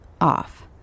off